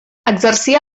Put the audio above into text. exercia